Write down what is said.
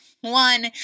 One